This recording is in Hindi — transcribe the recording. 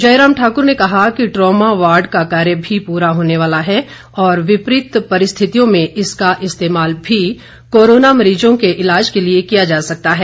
जयराम ठाकुर ने कहा कि ट्रामा वार्ड का कार्य भी पूरा होने वाला है और विपरीत परिस्थितियों में इसका इस्तेमाल भी कोरोना मरीजों के ईलाज के लिए किया जा सकता है